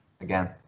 again